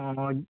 হ্যাঁ বল